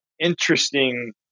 interesting